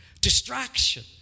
Distraction